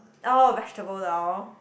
oh vegetable lah hor